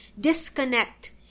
disconnect